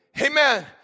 amen